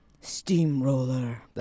Steamroller